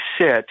sit